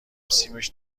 سیمش